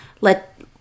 let